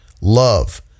love